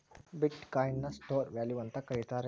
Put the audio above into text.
ಬಿಟ್ coin ನ store value ಅಂತ ಕರಿತಾರೆನ್